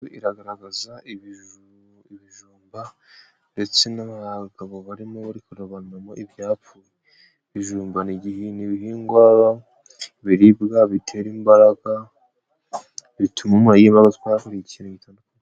Iragaragaza ibijumba ndetse n'abagabo barimo bari kurobanuramo ibyapfu, bijumba igihe ni ibihingwa biribwa bitera imbaraga bituma umuntu yibazwabura ikintu gitandukanye.